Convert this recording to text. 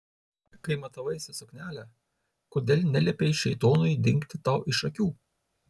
kai matavaisi suknelę kodėl neliepei šėtonui dingti tau iš akių